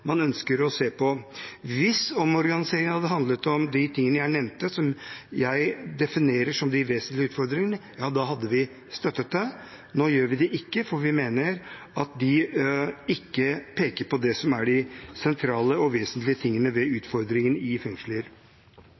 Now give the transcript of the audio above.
man ønsker å se på. Hvis omorganiseringen hadde handlet om de tingene jeg nevnte, som jeg definerer som de vesentlige utfordringene, da hadde vi støttet det. Nå gjør vi det ikke, for vi mener at de ikke peker på det som er de sentrale og vesentlige tingene med utfordringene i fengsler.